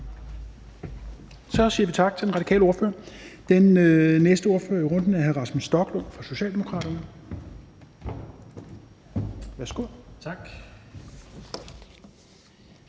Så siger vi tak til den radikale ordfører. Den næste ordfører i runden er hr. Rasmus Stoklund fra Socialdemokraterne. Værsgo. Kl.